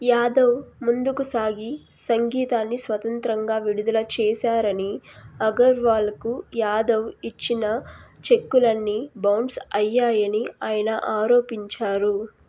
యాదవ్ ముందుకు సాగి సంగీతాన్ని స్వతంత్రంగా విడుదల చేశారని అగర్వాల్కు యాదవ్ ఇచ్చిన చెక్కులన్నీ బౌన్స్ అయ్యాయని ఆయన ఆరోపించారు